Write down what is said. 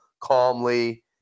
calmly